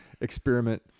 experiment